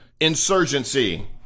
insurgency